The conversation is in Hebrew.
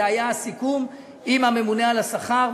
זה היה הסיכום עם הממונה על השכר,